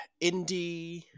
Indie